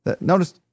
Notice